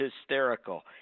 hysterical